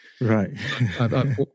right